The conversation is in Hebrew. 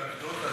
אנקדוטה,